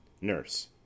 Nurse